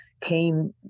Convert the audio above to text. came